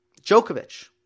Djokovic